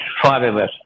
forever